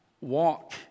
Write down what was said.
Walk